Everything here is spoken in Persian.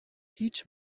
هیچ